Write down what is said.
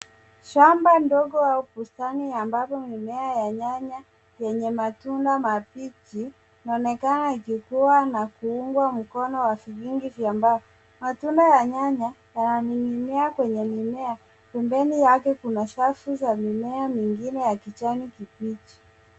Shamba ndogo au bustani ambapo mimea ya nyanya yenye matunda mabichi inaonekana ikikua na kufungwa mikono wa vikingi vya mbao. Matunda ya nyanya yananing'inia kwenye mimea. Pembeni yake kuna safu za mimea mingine ya kijani kibichi.